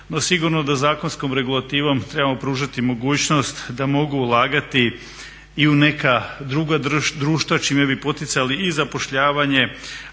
no sigurno da zakonskom regulativom trebamo pružati mogućnost da mogu ulagati i u neka druga društva čime bi poticali i zapošljavanje,